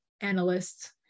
analysts